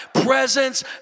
presence